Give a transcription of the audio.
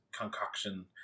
concoction